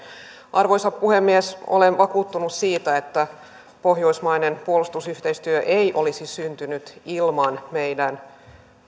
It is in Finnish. arvoisa puhemies olen vakuuttunut siitä että pohjoismainen puolustusyhteistyö ei olisi syntynyt ilman meidän